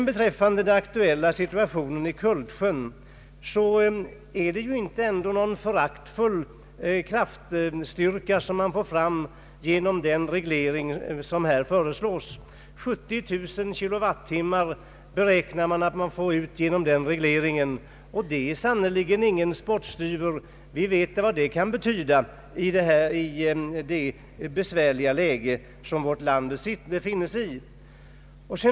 Beträffande den aktuella situationen i Kultsjön är det inte någon föraktfull kraftstyrka som man får fram genom den reglering som här föreslås. Man beräknar att få ut 70 000 kW-timmar genom regleringen, och det är sannerligen inte dåligt. Det kan betyda ganska mycket i det besvärliga elförsörjningsläge som vårt land befinner sig i.